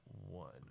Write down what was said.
one